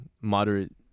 moderate